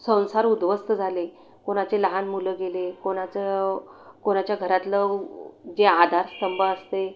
संसार उद्ध्वस्त झाले कुणाचे लहान मुलं गेले कुणाचं कुणाच्या घरातलं जे आधारस्तंभ असते